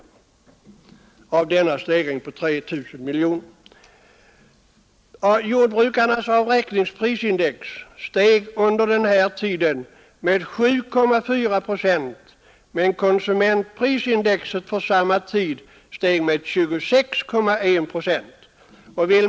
Jordbrukarnas avräkningsprisindex steg under denna tid t.o.m. 1971 med 7,4 procent, medan konsumentprisindex för samma tid steg med 26,1 procent.